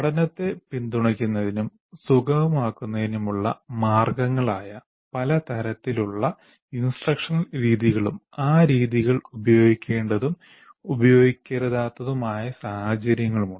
പഠനത്തെ പിന്തുണയ്ക്കുന്നതിനും സുഗമമാക്കുന്നതിനുമുള്ള മാർഗങ്ങളായ പല തരത്തിലുള്ള ഇൻസ്ട്രക്ഷൻ രീതികളും ആ രീതികൾ ഉപയോഗിക്കേണ്ടതും ഉപയോഗിക്കരുതാത്തതുമായ സാഹചര്യങ്ങളുമുണ്ട്